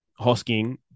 Hosking